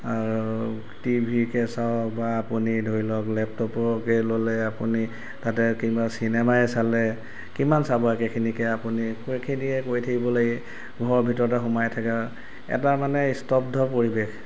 আৰু টি ভিকে চাওঁক বা আপুনি ধৰি লওঁক লেপটপকে ল'লে আপুনি তাতে কিবা চিনেমায়ে চালে কিমান চাব একেখিনিকে আপুনি একেখিনিয়ে কৰি থাকিব লাগে ঘৰৰ ভিতৰতে সোমাই থাকা এটা মানে স্তব্ধ পৰিৱেশ